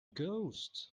ghosts